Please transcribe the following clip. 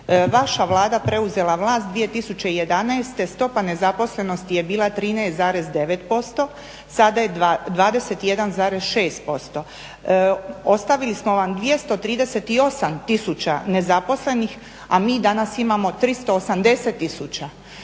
vaša Vlada preuzela vlast 2011.stopa nezaposlenosti je bila 13,9% sada je 21,6%. Ostavili smo vam 238 tisuća nezaposlenih a mi danas imamo 380 tisuća.